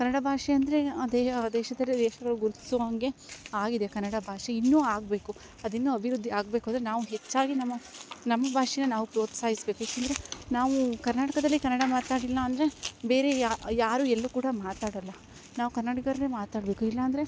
ಕನ್ನಡ ಭಾಷೆ ಅಂದರೆ ಅದೇಯ ದೇಶದಲ್ಲಿ ದೇಶಗಳ ಗುರುತಿಸೋ ಹಂಗೆ ಆಗಿದೆ ಕನ್ನಡ ಭಾಷೆ ಇನ್ನೂ ಆಗಬೇಕು ಅದಿನ್ನು ಅಭಿವೃದ್ದಿ ಆಗಬೇಕೆಂದ್ರೆ ನಾವು ಹೆಚ್ಚಾಗಿ ನಮ್ಮ ನಮ್ಮ ಭಾಷೆನ ನಾವು ಪ್ರೋತ್ಸಾಹಿಸಬೇಕು ಏಕೆಂದ್ರೆ ನಾವು ಕರ್ನಾಟಕದಲ್ಲಿ ಕನ್ನಡ ಮಾತಾಡಿಲ್ಲ ಅಂದರೆ ಬೇರೆ ಯಾರು ಎಲ್ಲು ಕೂಡ ಮಾತಾಡೊಲ್ಲ ನಾವು ಕನ್ನಡಿಗರೇ ಮಾತಾಡಬೇಕು ಇಲ್ಲಾಂದ್ರೆ